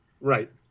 Right